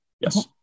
Yes